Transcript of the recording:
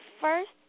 first